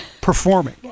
performing